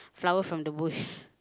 flower from the bush